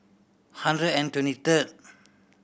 hundred and twenty third